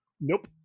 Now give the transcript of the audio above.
Nope